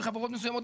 וחברות מסוימות,